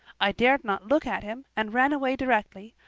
i dared not look at him, and ran away directly.